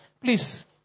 Please